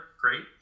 Great